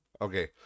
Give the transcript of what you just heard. Okay